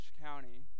County